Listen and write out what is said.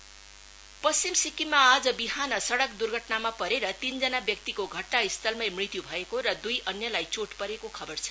accident पश्चिम सिक्किममा आज विहान सड़क दुघर्टनामा परेर तीनजना व्यक्तिको घटनास्थलमै मृत्यु भएको र दुई अन्यलाई चोट परेको खबर छ